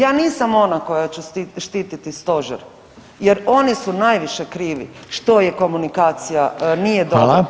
Ja nisam ona koja će štititi Stožer jer oni su najviše krivi što komunikacija nije dobra.